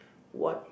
what